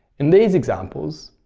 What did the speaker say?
in these examples,